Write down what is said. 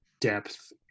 depth